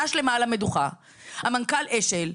אז בוא תסביר לי איך ישבו שנה שלמה על המדוכה המנכ"ל אשל,